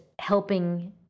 helping